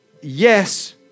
Yes